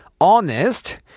Honest